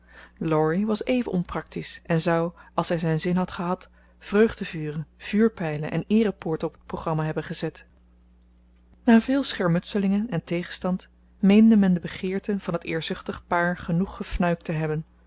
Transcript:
laurie was even onpractisch en zou als hij zijn zin had gehad vreugdevuren vuurpijlen en eerepoorten op het programma hebben gezet na veel schermutselingen en tegenstand meende men de begeerten van het eerzuchtig paar genoeg gefnuikt te hebben